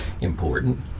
important